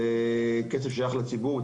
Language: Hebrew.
זה כסף ששייך לציבור.